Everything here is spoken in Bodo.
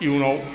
इयुनाव